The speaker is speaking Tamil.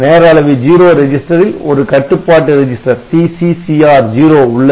நேர அளவி 0 ரெஜிஸ்டரில் ஒரு கட்டுப்பாட்டு ரெஜிஸ்டர் TCCR0 உள்ளது